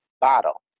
bottle